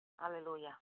Hallelujah